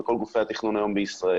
וכך גם כל גופי התכנון בישראל,